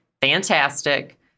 fantastic